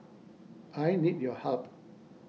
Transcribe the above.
I need your help